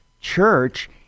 Church